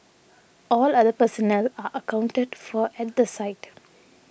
all other personnel are accounted for at the site